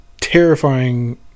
terrifying